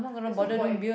there's no point